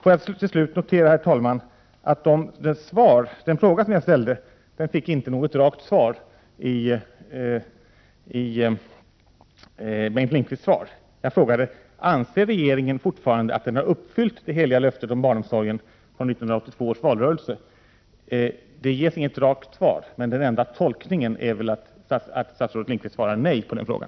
Får jag till slut notera, herr talman, att den fråga som jag ställde inte fick något rakt svar från Bengt Lindqvist. Jag frågade: Anser regeringen fortfarande att den har uppfyllt det heliga löftet om barnomsorgen från 1982 års valrörelse? Det ges inget rakt svar, men den enda tolkningen är väl att statsrådet Lindqvist svarar nej på den frågan.